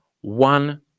one